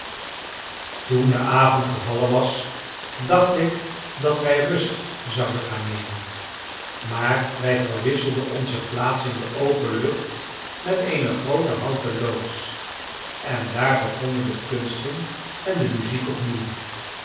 toen de avond gevallen was dacht ik dat wij rust zouden gaan nemen maar wij verwisselden onze plaats in de open lucht met eene groote houten loods en daar begonnen de kunsten en de muziek opnieuw